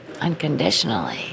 unconditionally